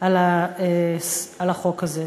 על החוק הזה.